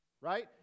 Right